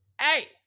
Hey